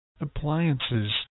appliances